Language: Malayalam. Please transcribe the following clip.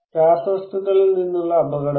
രാസവസ്തുക്കളിൽ നിന്നുള്ള അപകടങ്ങൾ